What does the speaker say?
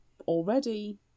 already